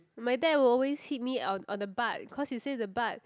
my dad will always hit me on on the butt cause he say the butt